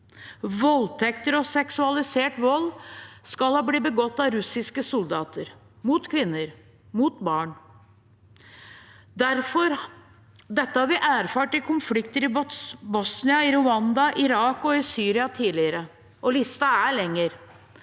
Voldtekter og seksualisert vold skal ha blitt begått av russiske soldater mot kvinner og mot barn. Dette har vi erfart i konflikter i Bosnia, i Rwanda, i Irak og i Syria tidligere, og listen er lengre.